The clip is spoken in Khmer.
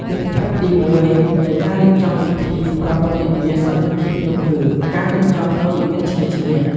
ទិដ្ឋភាពទីមួយនៃការរៀបចំពិធីប្រារព្ធទិវាសន្តិភាពនោះគឺ ការរៀបចំនៅវិមានឈ្នះ-ឈ្នះ។